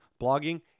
blogging